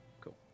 cool